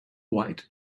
white